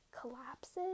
collapses